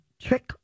Trick